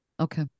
Okay